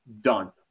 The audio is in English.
done